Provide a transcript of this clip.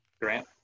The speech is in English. Grant